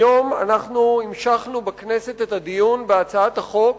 היום אנחנו המשכנו בכנסת את הדיון בהצעת החוק